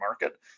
market